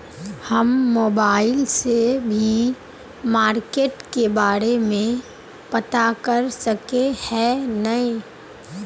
हम मोबाईल से भी मार्केट के बारे में पता कर सके है नय?